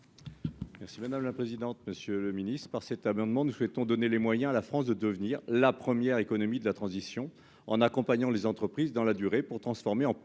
Merci madame la présidente, monsieur le Ministre par cet amendement, nous souhaitons donner les moyens à la France de devenir la première économie de la transition en accompagnant les entreprises dans la durée pour transformer en